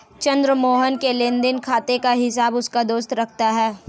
चंद्र मोहन के लेनदेन खाते का हिसाब उसका दोस्त रखता है